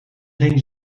ging